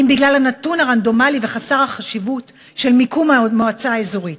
כי אם בגלל הנתון הרנדומלי וחסר החשיבות של מקום המועצה האזורית.